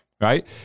right